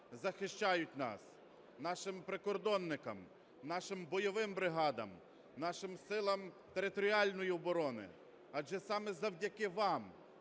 захищають нас, нашим прикордонникам, нашим бойовим бригадам, нашим силам територіальної оборони, адже саме завдяки вам